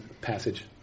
passage